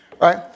right